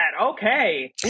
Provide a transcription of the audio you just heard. Okay